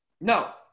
No